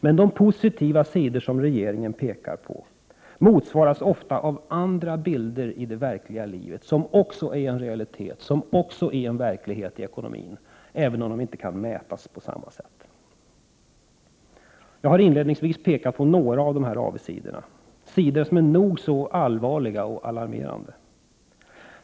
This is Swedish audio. Men de positiva sidor som regeringen pekar på motsvaras ofta av andra bilder i det verkliga livet, som också är en realitet, en verklighet i ekonomin, även om de inte kan mätas på samma sätt. Jag har inledningsvis pekat på några av dessa avigsidor — sidor som är nog så allvarliga och alarmerande.